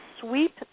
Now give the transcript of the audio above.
sweep